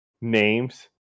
Names